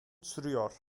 sürüyor